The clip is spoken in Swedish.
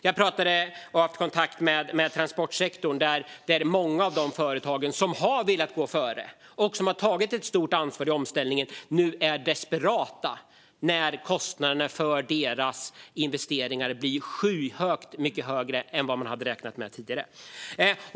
Jag var i kontakt med transportsektorn, där många av de företag som har velat gå före och har tagit ett stort ansvar i omställningen nu är desperata när kostnaderna för deras investeringar blir långt mycket högre än de räknat med tidigare.